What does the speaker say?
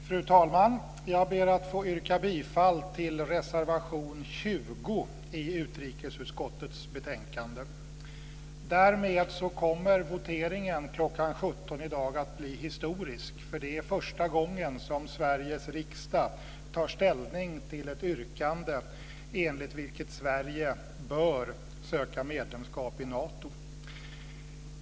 Fru talman! Jag ber att få yrka bifall till reservation 20 i utrikesutskottets betänkande. Därmed kommer voteringen kl. 17 i dag att bli historisk. Det är första gången som Sveriges riksdag tar ställning till ett yrkande enligt vilket Sverige bör söka medlemskap i Nato.